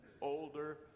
older